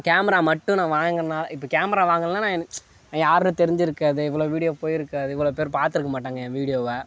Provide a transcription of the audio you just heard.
camera மட்டும் நான் வாங்கனால இப்போ கேமரா வாங்கலைன்னா நான் யாருன்னு தெரிஞ்சுருக்காது இவ்வளோ வீடியோ போய்ருக்காது இவ்வளோ பேர் பாத்திருக்க மாட்டாங்க என் வீடியோவை